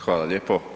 Hvala lijepo.